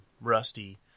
Rusty